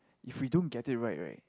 if we don't get it right right